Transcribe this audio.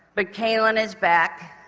but calen is back,